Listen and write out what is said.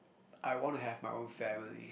I want to have my own family